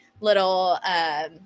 little –